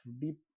deep